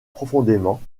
profondément